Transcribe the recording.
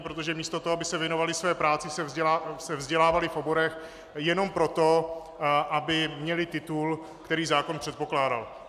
Protože místo toho, aby se věnovali své práci, se vzdělávali v oborech jenom proto, aby měli titul, který zákon předpokládal.